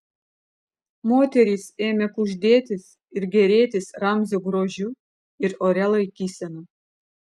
moterys ėmė kuždėtis ir gėrėtis ramzio grožiu ir oria laikysena